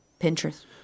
Pinterest